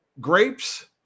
Grapes